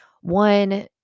One